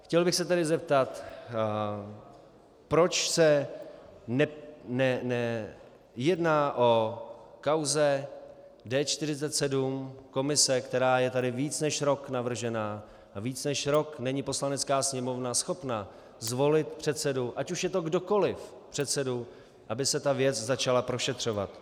Chtěl bych se tedy zeptat, proč se nejedná o kauze D47, komise, která je tady více než rok navržená, a více než rok není Poslanecká sněmovna schopna zvolit předsedu, ať už je to kdokoli, předsedu, aby se ta věc začala prošetřovat.